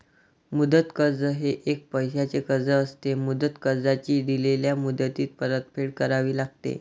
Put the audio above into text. मुदत कर्ज हे एक पैशाचे कर्ज असते, मुदत कर्जाची दिलेल्या मुदतीत परतफेड करावी लागते